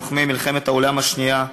לוחמי מלחמת העולם השנייה,